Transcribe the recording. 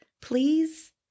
please